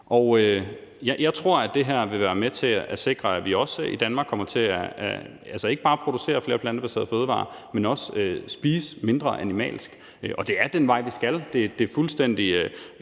Jeg tror, det her vil være med til at sikre, at vi også i Danmark kommer til ikke bare at producere flere plantebaserede fødevarer, men også spise mindre animalsk. Og det er den vej, vi skal. Altså, det